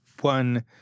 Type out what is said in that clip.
one